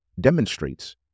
demonstrates